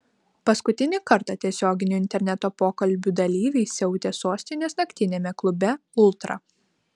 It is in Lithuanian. paskutinį kartą tiesioginių interneto pokalbių dalyviai siautė sostinės naktiniame klube ultra